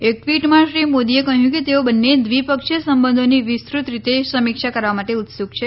એક ટ્વીટમાં શ્રી મોદીએ કહ્યું કે તેઓ બંન્ને દ્વિપક્ષીય સંબંધોની વિસ્તૃત રીતે સમીક્ષા કરવા માટે ઉત્સુક છે